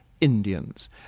Indians